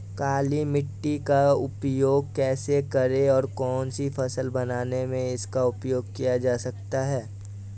काली मिट्टी का उपयोग कैसे करें और कौन सी फसल बोने में इसका उपयोग किया जाता है?